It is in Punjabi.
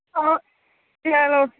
ਹਾਂ ਹੈਲੋ